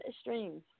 streams